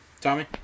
Tommy